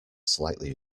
slightly